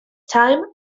time